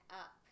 up